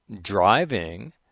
driving